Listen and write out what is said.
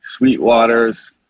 Sweetwaters